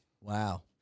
Wow